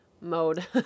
mode